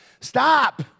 Stop